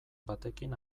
batekin